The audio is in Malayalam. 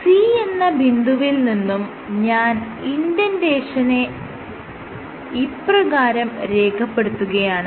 C എന്ന ബിന്ദുവിൽ നിന്നും ഞാൻ ഇൻഡന്റേഷനെ ഇപ്രകാരം രേഖപ്പെടുത്തുകയാണ്